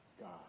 God